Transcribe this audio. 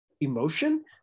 emotion